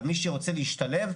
אבל מי שרוצה להשתלב,